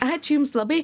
ačiū jums labai